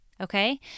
Okay